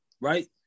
right